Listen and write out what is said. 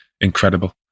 incredible